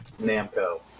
Namco